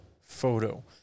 photo